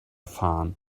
fahren